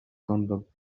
conduct